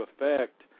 effect